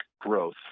growth